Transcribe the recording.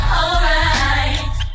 alright